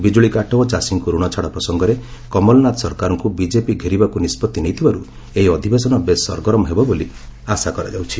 ବିଜୁଳି କାଟ ଓ ଚାଷୀଙ୍କୁ ଋଣ ଛାଡ଼ ପ୍ରସଙ୍ଗରେ କମଲନାଥ ସରକାରଙ୍କୁ ବିକେପି ଘେରିବାକୁ ନିଷ୍ପଭି ନେଇଥିବାରୁ ଏହି ଅଧିବେଶନ ବେଶ୍ ସରଗରମ ହେବ ବୋଲି ଆଶା କରାଯାଉଛି